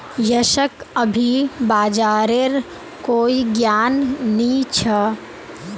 यशक अभी बाजारेर कोई ज्ञान नी छ